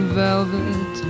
velvet